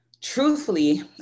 truthfully